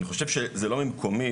אני חושב שזה לא ממקומי,